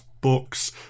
books